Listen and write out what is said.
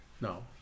no